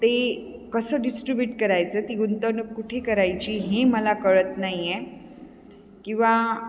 ते कसं डिस्ट्रीब्यूट करायचं ती गुंतवणूक कुठे करायची हे मला कळत नाही आहे किंवा